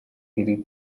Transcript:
хэрэг